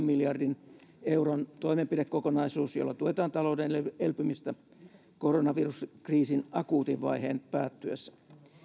miljardin euron toimenpidekokonaisuus jolla tuetaan talouden elpymistä koronaviruskriisin akuutin vaiheen päättyessä